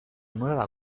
nueva